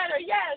Yes